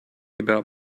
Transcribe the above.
about